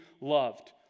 loved